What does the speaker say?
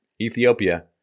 Ethiopia